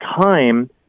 time